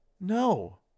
No